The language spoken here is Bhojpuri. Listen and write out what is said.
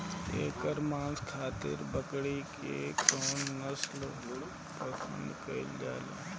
एकर मांस खातिर बकरी के कौन नस्ल पसंद कईल जाले?